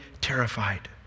terrified